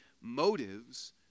motives